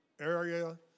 area